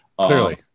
Clearly